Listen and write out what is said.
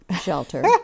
shelter